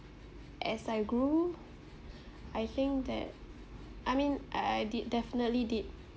as I grew I think that I mean I I did definitely did